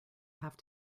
have